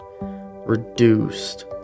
reduced